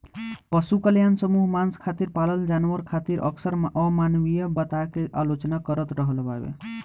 पशु कल्याण समूह मांस खातिर पालल जानवर खातिर अक्सर अमानवीय बता के आलोचना करत रहल बावे